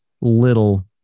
little